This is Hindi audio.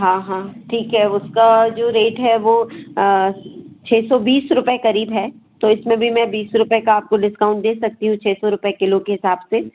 हाँ हाँ ठीक है उसका जो रेट है वह छः सौ बीस रुपये क़रीब है तो इसमें भी मैं बीस रुपये का आपको डिस्काउंट दे सकती हूँ छः सौ रुपये किलो के हिसाब से